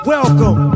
Welcome